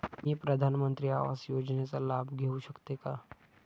मी प्रधानमंत्री आवास योजनेचा लाभ घेऊ शकते का?